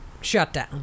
shutdown